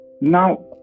Now